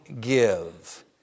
give